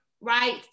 right